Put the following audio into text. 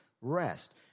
rest